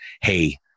Hey